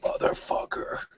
motherfucker